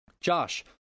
Josh